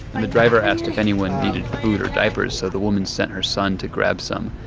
and the driver asked if anyone needed food or diapers, so the woman sent her son to grab some.